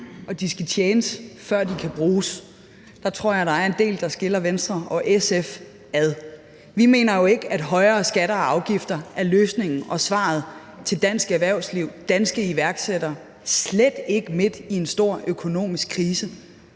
og de skal tjenes, før de kan bruges – der tror jeg, at der er en del, der skiller Venstre og SF ad. Vi mener jo ikke, at højere skatter og afgifter er løsningen og svaret til dansk erhvervsliv og danske iværksættere, og slet ikke midt i en stor økonomisk krise.